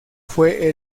fue